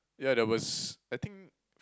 ya there was I think